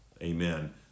Amen